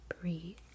breathe